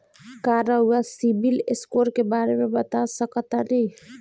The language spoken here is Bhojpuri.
का रउआ सिबिल स्कोर के बारे में बता सकतानी?